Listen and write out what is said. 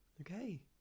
okay